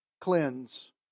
Cleanse